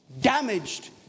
damaged